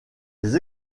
des